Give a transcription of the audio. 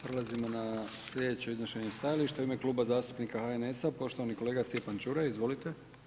Prelazimo na sljedeće iznošenje stajališta, u ime Kluba zastupnika HNS-a, poštovani kolega Stjepan Čuraj, izvolite.